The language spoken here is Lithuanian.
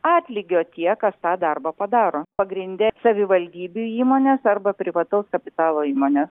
atlygio tie kas tą darbą padaro pagrinde savivaldybių įmonės arba privataus kapitalo įmonė